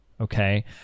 Okay